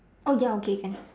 oh ya okay can